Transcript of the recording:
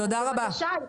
בבקשה.